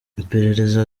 iperereza